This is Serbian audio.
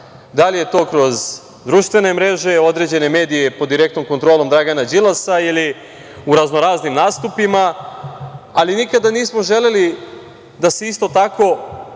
da li je to kroz društvene mreže, određene medije pod direktnom kontrolom Dragana Đilasa ili u raznoraznim nastupima, ali nikada nismo želeli da se isto tako